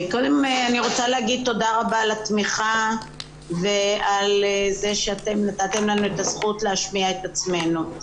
תודה רבה על התמיכה ועל זה שאתם נתתם לנו את הזכות להשמיע את עצמנו.